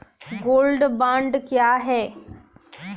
Gold bond क्या है?